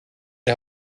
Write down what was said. der